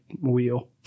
wheel